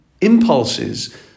impulses